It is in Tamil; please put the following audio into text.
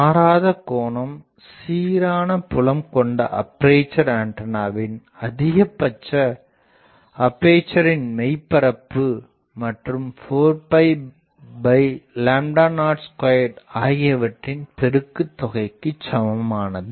மாறாத கோணம் சீரான புலம் கொண்ட அப்பேசர் ஆண்டனாவின் அதிகபட்ச அப்பேசரின் மெய்பரப்பு மற்றும் 402 ஆகியவற்றின் பெருக்குதொகைக்கு சமனானது